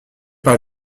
par